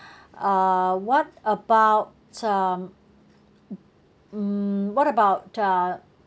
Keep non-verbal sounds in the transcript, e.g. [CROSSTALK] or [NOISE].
[BREATH] uh what about um mm what about uh